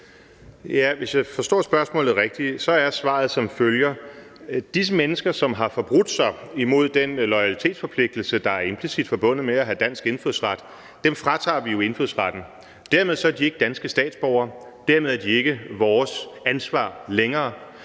Hvis jeg forstår spørgsmålet rigtigt, er svaret som følger: Disse mennesker, som har forbrudt sig imod den loyalitetsforpligtelse, der er implicit forbundet med at have dansk indfødsret, fratager vi jo indfødsretten. Dermed er de ikke danske statsborgere, og dermed er de ikke længere